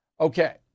Okay